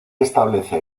establece